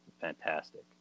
fantastic